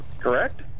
correct